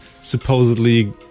supposedly